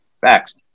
Facts